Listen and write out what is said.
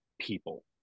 people